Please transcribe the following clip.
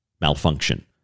malfunction